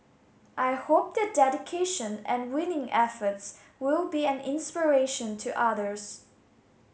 I hope their dedication and winning efforts will be an inspiration to others